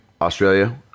Australia